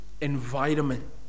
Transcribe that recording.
environment